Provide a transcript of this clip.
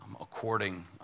According